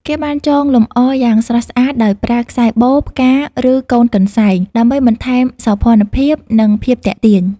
គេបានចងលម្អយ៉ាងស្រស់ស្អាតដោយប្រើ ខ្សែបូ ផ្កា ឬកូនកន្សែង ដើម្បីបន្ថែមសោភ័ណភាព និងភាពទាក់ទាញ។